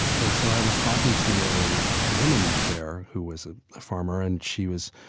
and so i was talking to a a woman there who was ah a farmer, and she was,